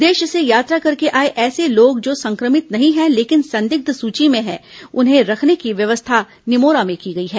विदेश से यात्रा करके आए ऐसे लोग जो संक्रमित नहीं है लेकिन संदिग्ध सूची में हैं उन्हें रखने की व्यवस्था निमोरा में की गई है